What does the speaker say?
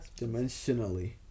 Dimensionally